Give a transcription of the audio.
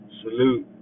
salute